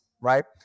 right